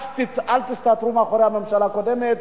אז אל תסתתרו מאחורי הממשלה הקודמת.